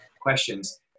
questions